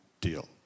Deal